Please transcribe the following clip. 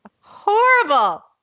Horrible